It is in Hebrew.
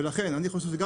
ולכן אני חושב שגם